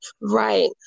Right